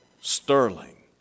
sterling